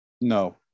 No